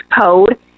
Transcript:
code